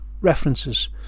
references